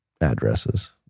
addresses